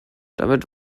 damit